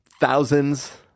thousands